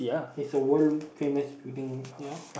is a world famous building ya